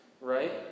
right